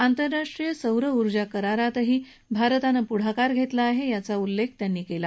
आंतरराष्ट्रीय सौर उर्जा करारामधेही भारतानं पुढाकार घेतला आहे याचा उल्लेख त्यांनी केला